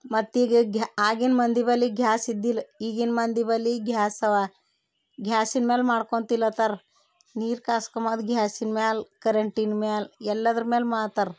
ಮತ್ತು ಈಗ ಘ್ಯಾ ಆಗಿನ ಮಂದಿ ಬಳಿ ಗ್ಯಾಸ್ ಇದ್ದಿಲ್ಲ ಈಗಿನ ಮಂದಿ ಬಳಿ ಗ್ಯಾಸ್ ಅವ ಗ್ಯಾಸಿನ ಮ್ಯಾಲ ಮಾಡ್ಕೊನ್ ತಿನ್ಲತ್ತರ ನೀರು ಕಾಯ್ಸ್ಕೊಮದು ಗ್ಯಾಸಿನ ಮ್ಯಾಲ ಕರೆಂಟಿನ ಮ್ಯಾಲ ಎಲ್ಲದರ ಮ್ಯಾಲ ಮಾಡ್ತಾರೆ